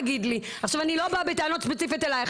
עכשיו אני לא באה בטענות ספציפית אלייך.